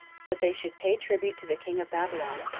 that they should pay tribute to the king of babylon,